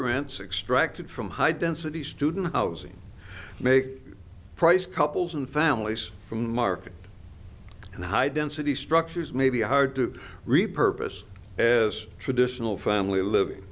rents extracted from high density student housing make price couples and families from market and high density structures may be hard to repurpose as traditional family living